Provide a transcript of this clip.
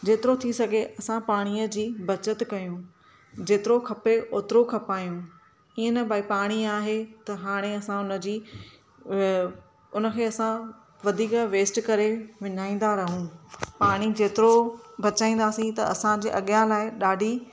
जेतिरो थी सघे असां पाणीअ जी बचति कयूं जेतिरो खपे ओतिरो खपायूं ईअं न भई पाणी आहे त हाणे असां हुनजी हुन खे असां वधीक वेस्ट करे विञाईंदा रहूं पाणी जेतिरो बचाईंदासीं त असांजे अॻियां लाइ ॾाढी